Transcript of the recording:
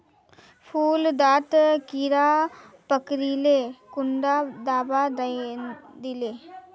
फुल डात कीड़ा पकरिले कुंडा दाबा दीले?